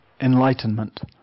enlightenment